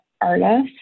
artist